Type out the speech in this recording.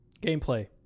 Gameplay